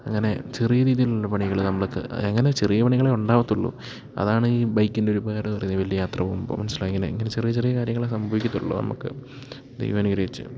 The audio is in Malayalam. അങ്ങനെ ചെറിയ രീതിയിലുള്ള പണികള് നമ്മൾക്ക് അങ്ങനെ ചെറിയ പണികളെ ഉണ്ടാവത്തുള്ളൂ അതാണ് ഈ ബൈക്കിൻ്റെ ഒരു പേ റെ പറയുന്നത് വല്യ യാത്ര പോകുമ്പോ മനസ്സിലായോ ഇങ്ങനെ ഇങ്ങനെ ചെറിയ ചെറിയ കാര്യങ്ങളെ സംഭവിക്കത്തുള്ളു നമക്ക് ദൈവം അനുഗ്രഹിച്ച്